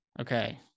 Okay